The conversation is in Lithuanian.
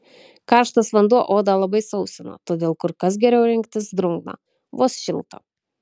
karštas vanduo odą labai sausina todėl kur kas geriau rinktis drungną vos šiltą